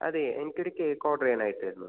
അതേ എനിക്കൊരു cake order ചെയ്യാനായിട്ടായിരുന്നു